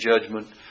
judgment